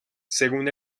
según